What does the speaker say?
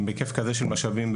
בהיקף כזה של משאבים,